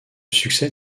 succès